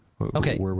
Okay